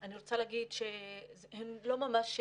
ואני רוצה להגיד שהן לא ממש מדויקות.